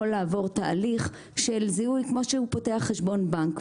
לעבור תהליך של זיהוי כמו שהוא פותח חשבון בנק,